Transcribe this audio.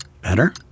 Better